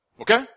Okay